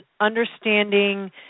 understanding